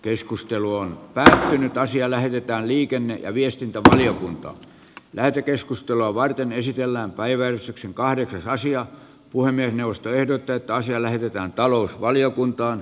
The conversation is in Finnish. keskustelua väsähtynyt asia lähetetään liikenne ja viestintävaliokunta lähetekeskustelua varten esitellään päiväys yksi kahdeksan saisi ja puhemiesneuvosto ehdottaa että asia lähetetään talousvaliokuntaan